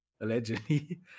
allegedly